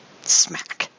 smack